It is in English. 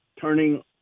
turning